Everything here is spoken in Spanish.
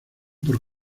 por